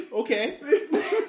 Okay